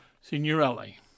Signorelli